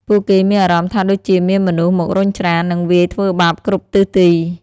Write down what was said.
ពួកគេមានអារម្មណ៍ថាដូចជាមានមនុស្សមករុញច្រាន និងវាយធ្វើបាបគ្រប់ទិសទី។